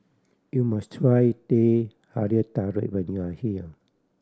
you must try Teh Halia Tarik when you are here